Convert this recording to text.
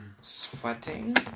sweating